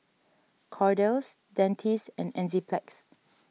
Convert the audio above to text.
Kordel's Dentiste and Enzyplex